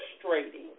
frustrating